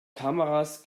kameras